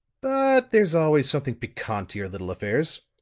but there's always something piquant to your little affairs.